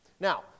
Now